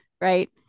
right